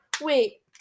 Wait